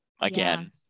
again